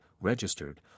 Registered